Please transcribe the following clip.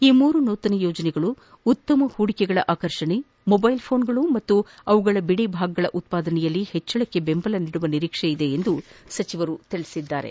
ಈ ಮೂರು ನೂತನ ಯೋಜನೆಗಳು ಉತ್ತಮ ಹೂಡಿಕೆಗಳ ಆಕರ್ಷಣೆ ಮೊಬ್ಲೆಲ್ ಫೋನ್ಗಳು ಮತ್ತು ಅವುಗಳ ಬಿಡಿಭಾಗಗಳ ಉತ್ಪಾದನೆಯಲ್ಲಿ ಹೆಚ್ಚಳಕ್ಕೆ ಬೆಂಬಲ ನೀಡುವ ನಿರೀಕ್ಷೆ ಇದೆ ಎಂದು ಸಚಿವರು ಹೇಳಿದರು